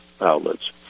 outlets